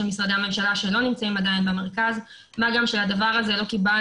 משרדי ממשלה שלא נמצאים עדיין במרכז; מה גם שלא קיבלנו